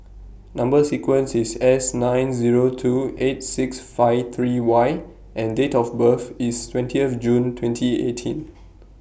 Number sequence IS S nine Zero two eight six five three Y and Date of birth IS twentieth June twenty eighteen